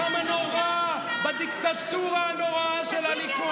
הזמנת אנשים לעשות כמעשה הקפיטול על ידי חבר